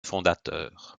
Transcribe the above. fondateur